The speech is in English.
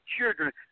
children